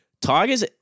Tigers